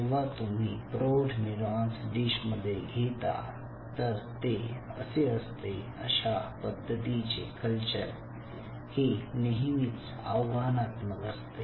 जेव्हा तुम्ही प्रौढ न्यूरॉन्स डिश मध्ये घेता तर ते असे असते अशा पद्धतीचे कल्चर हे नेहमीच आव्हानात्मक असते